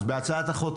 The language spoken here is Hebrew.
אז בהצעת החוק,